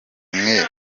mwe